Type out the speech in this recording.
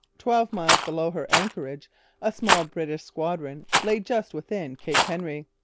twelve miles below her anchorage a small british squadron lay just within cape henry,